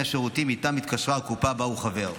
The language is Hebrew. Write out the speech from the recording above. השירותים שאיתם התקשרה הקופה שבה הוא חבר,